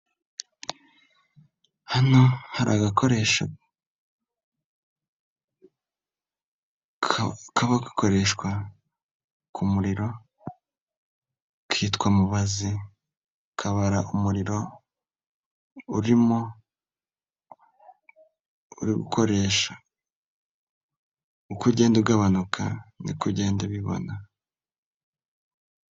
Hano hari agakoresho kaba gakoreshwa ku muriro kitwa mubazi, kabara umuriro urimo uri ukoresha, uko ugenda ugabanuka niko ugenda bibona.